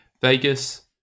Vegas